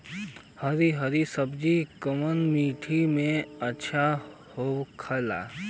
हरी हरी सब्जी कवने माटी में अच्छा होखेला?